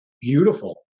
beautiful